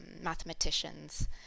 mathematicians